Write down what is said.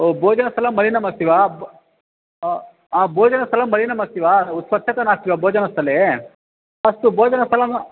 ओ भोजनस्थलं मलिनमस्ति वा ब् अ आम् भोजनस्थलं मलिनमस्ति वा स्वच्छता नास्ति वा भोजनस्थले अस्तु भोजनस्थलम्